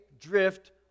drift